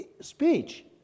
Speech